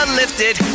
lifted